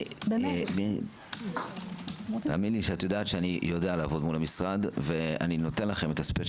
אני יודע לעבוד מול המשרד ואני נותן לכם את הספייס,